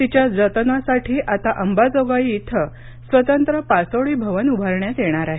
तिच्या जतनासाठी आता अंबाजोगाई इथं स्वतंत्र पासोडी भवन उभारण्यात येणार आहे